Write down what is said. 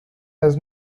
does